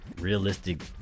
realistic